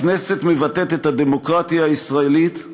הכנסת מבטאת את הדמוקרטיה הישראלית,